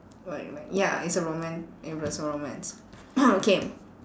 what like ya it's a roman~ it's a romance okay